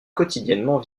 quotidiennement